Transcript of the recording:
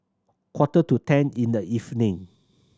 quarter to ten in the evening